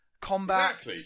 combat